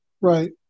Right